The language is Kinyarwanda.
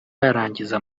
yarangiza